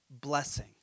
blessing